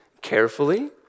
carefully